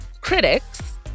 Critics